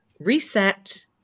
Reset